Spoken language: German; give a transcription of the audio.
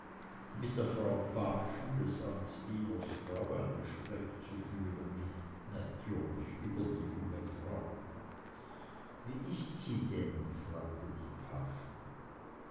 mit der frau paaschen des amtsdieners frau ein gespräch zu führen natürlich über die junge frau wie ist sie denn fragte die paaschen